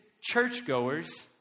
churchgoers